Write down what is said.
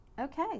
Okay